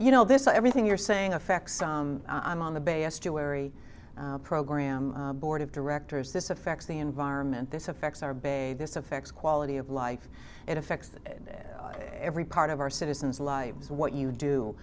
you know this everything you're saying affects i'm on the best you wary program board of directors this affects the environment this affects our bay this affects quality of life it affects every part of our citizens lives what you do